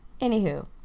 Anywho